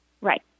Right